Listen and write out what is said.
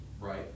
right